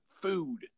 food